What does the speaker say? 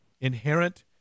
inherent